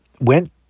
went